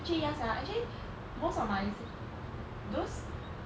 actually ya sia actually most of my se~ those